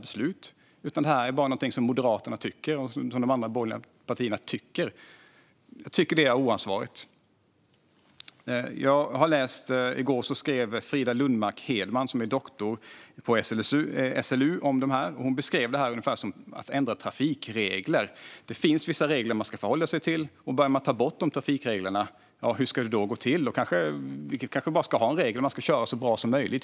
Detta är något som Moderaterna och de andra borgerliga partierna tycker. Det är oansvarigt. I går skrev Frida Lundmark Hedman, doktor på SLU, om dessa frågor och jämförde med att ändra trafikregler. Det finns vissa regler man ska förhålla sig till. Om man börjar ta bort trafikreglerna är frågan hur det ska gå till. Man kanske ska ha en regel som innebär att man ska köra så bra som möjligt.